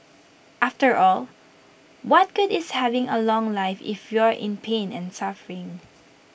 after all what good is having A long life if you're in pain and suffering